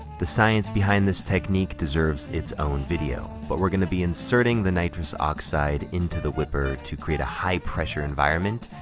the science behind this technique deserves its own video, but we're gonna be inserting the nitrous oxide into the whipper to create a high pressure environment,